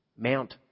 Mount